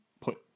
put